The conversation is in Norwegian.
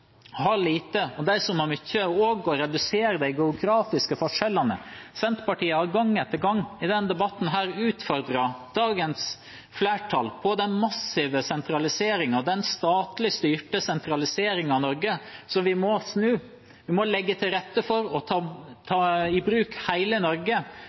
har lite, og dem som har mye, og også til å redusere de geografiske forskjellene. Senterpartiet har gang på gang i denne debatten utfordret dagens flertall på den massive sentraliseringen, den statlig styrte sentraliseringen av Norge, som vi må snu. Vi må legge til rette for å ta i bruk hele Norge,